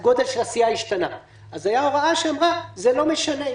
הייתה הוראה שאמרה שזה לא משנה,